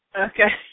Okay